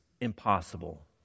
impossible